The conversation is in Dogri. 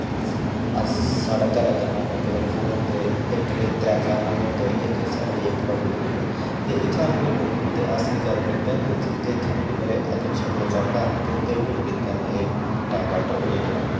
अस साढ़े घरै कन्नै कन्नै कूदे खुह् होंदे इक निं त्रै चार खुह् होंदे इक इस साइड होई आ इक थोह्ड़ा दूर होई आ ते इत्थां जेह्के ते अस निं जैदा पंदे हैन ते इदे इत्थां जेह्की मेरे अग्गैं पिच्छे दो चार घर न ते एह्बी निं पींदे हैन एह् टैप वाटर एह् आह्ला